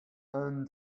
and